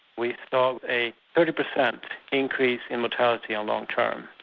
we saw a thirty percent increase in mortality in long term.